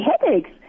headaches